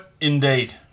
indeed